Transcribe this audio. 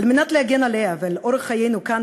על מנת להגן עליה ועל אורח חיינו כאן,